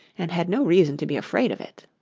and had no reason to be afraid of it.